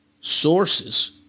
sources